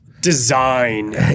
Design